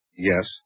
Yes